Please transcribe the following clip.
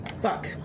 Fuck